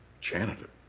Janitor